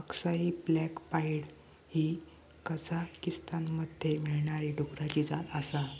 अक्साई black pied ही कझाकीस्तानमध्ये मिळणारी डुकराची जात आसा